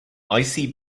icbm